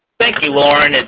thank you, lauren.